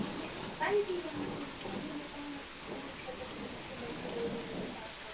تہٕ مےٚ چھُنہٕ سایزٕے بنان کُنہِ جاے یِم بہٕ پانس کھۄتہٕ موٚٹۍ چھَسکھ وٕچھان تِمن چھِ ریٚڈی میڈ آسان